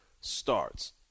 starts